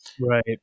right